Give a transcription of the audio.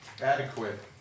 Adequate